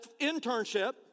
internship